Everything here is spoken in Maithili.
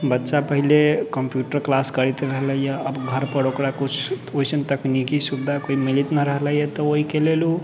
बच्चा पहले कम्प्यूटर क्लास करैत रहलै हँ अब घर पर ओकरा कुछ तकनीकी सुविधा कोइ मिलैत ना रहलै है तऽ ओहिके लेल ओ